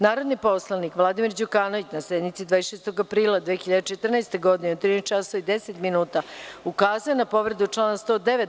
Narodni poslanik Vladimir Đukanović, na sednici 26. aprila 2014. godine, u 13.10 časova, ukazao je na povredu člana 109.